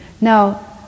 Now